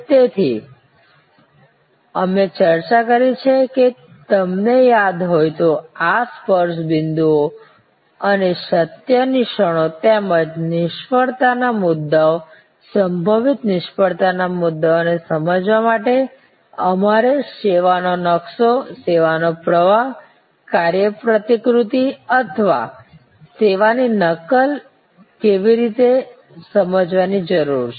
તેથી અમે ચર્ચા કરી છે જે તમને યાદ હોય તો આ સ્પર્શ બિંદુઓ અને સત્યની ક્ષણો તેમજ નિષ્ફળતાના મુદ્દાઓ સંભવિત નિષ્ફળતાના મુદ્દાઓને સમજવા માટે અમારે સેવાનો નકશો સેવાનો પ્રવાહ કર્યા પ્રતિકૃતિ અથવા સેવા ની નકલ કેવી રીતે સમજવાની જરૂર છે